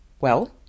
Well